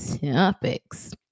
topics